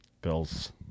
Bills